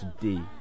today